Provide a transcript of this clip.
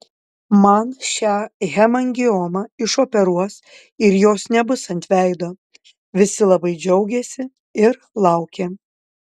man šią hemangiomą išoperuos ir jos nebus ant veido visi labai džiaugėsi ir laukė